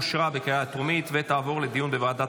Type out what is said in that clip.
אושרה בקריאה הטרומית ותעבור לדיון בוועדת